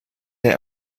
der